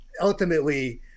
ultimately